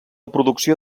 producció